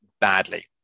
badly